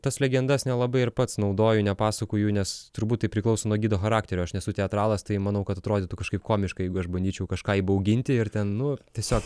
tas legendas nelabai ir pats naudoju nepasakoju nes turbūt tai priklauso nuo gido charakterio aš nesu teatralas tai manau kad atrodytų kažkaip komiškai jeigu aš bandyčiau kažką įbauginti ir ten nu tiesiog